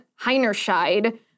Heinerscheid